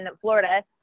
Florida